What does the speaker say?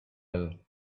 ill